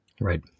Right